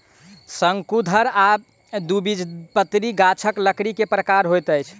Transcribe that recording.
शंकुधर आ द्विबीजपत्री गाछक लकड़ी के प्रकार होइत अछि